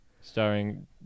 starring